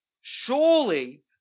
Surely